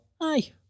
aye